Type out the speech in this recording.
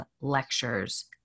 lectures